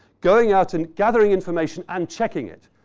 going out and gathering information and checking it,